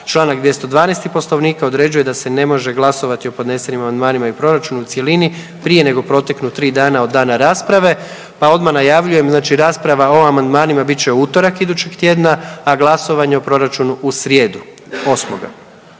Članak 212. Poslovnika određuje da se ne može glasovati o podnesenim amandmanima i proračunu u cjelini prije nego proteknu 3 dana od dana rasprave pa odmah najavljujem znači rasprava o amandmanima bit će u utorak idućeg tjedna, a glasovanje o proračunu u srijedu 8.